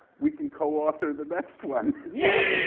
we can coauthor the next one. yeah,